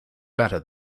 better